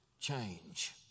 change